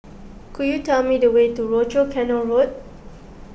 could you tell me the way to Rochor Canal Road